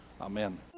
amen